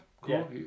cool